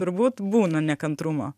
turbūt būna nekantrumo